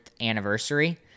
anniversary